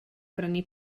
brynu